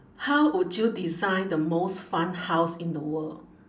how would you design the most fun house in the world